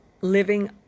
living